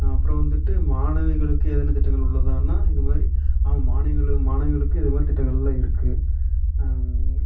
அப்புறம் வந்துட்டு மாணவிகளுக்கு ஏதேனும் திட்டங்கள் உள்ளதா இதுமாதிரி ஆமாம் மாணவிகள் மாணவிகளுக்கு இது மாதிரி திட்டங்கள்லாம் இருக்குது